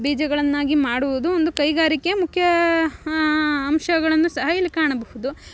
ಬೀಜಗಳನ್ನಾಗಿ ಮಾಡುವುದು ಒಂದು ಕೈಗಾರಿಕೆಯ ಮುಖ್ಯ ಅಂಶಗಳನ್ನು ಸಹ ಇಲ್ಲಿ ಕಾಣಬಹುದು